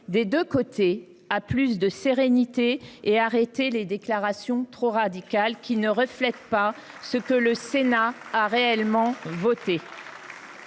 des deux côtés, à revenir à plus de sérénité et à cesser les déclarations trop radicales, qui ne reflètent pas ce que le Sénat a réellement voté